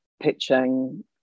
pitching